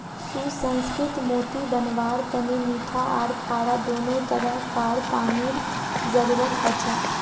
सुसंस्कृत मोती बनव्वार तने मीठा आर खारा दोनों तरह कार पानीर जरुरत हछेक